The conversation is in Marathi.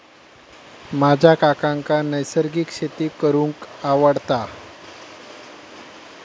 माझ्या काकांका नैसर्गिक शेती करूंक आवडता